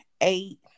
eight